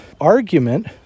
argument